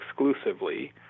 exclusively